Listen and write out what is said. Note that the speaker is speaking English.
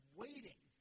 waiting